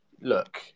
look